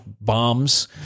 bombs